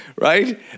Right